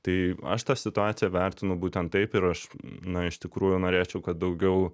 tai aš tą situaciją vertinu būtent taip ir aš na iš tikrųjų norėčiau kad daugiau